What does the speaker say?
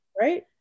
right